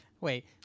Wait